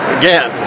again